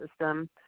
system